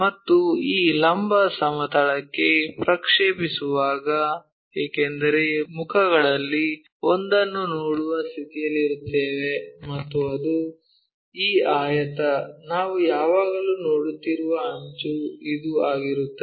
ಮತ್ತು ಈ ಲಂಬ ಸಮತಲಕ್ಕೆ ಪ್ರಕ್ಷೇಪಿಸುವಾಗ ಏಕೆಂದರೆ ಮುಖಗಳಲ್ಲಿ ಒಂದನ್ನು ನೋಡುವ ಸ್ಥಿತಿಯಲ್ಲಿರುತ್ತೇವೆ ಮತ್ತು ಅದು ಈ ಆಯತ ನಾವು ಯಾವಾಗಲೂ ನೋಡುತ್ತಿರುವ ಅಂಚು ಇದು ಆಗಿರುತ್ತದೆ